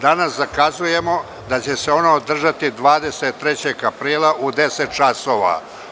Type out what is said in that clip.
Danas zakazujemo da će se ona održati 23. aprila u 10.00 časova.